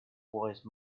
wise